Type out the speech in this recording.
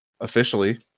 officially